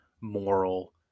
moral